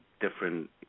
different